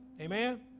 Amen